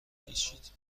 بپیچید